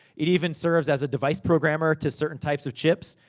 it even serves as a device programmer to certain types of chips.